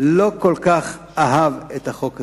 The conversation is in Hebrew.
לא כל כך אהב את החוק הזה,